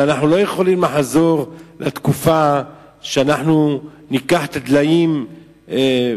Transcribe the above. אבל אנחנו לא יכולים לחזור לתקופה שאנחנו לוקחים את